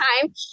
time